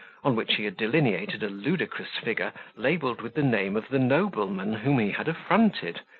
on which he had delineated a ludicrous figure labelled with the name of the nobleman, whom he had affronted,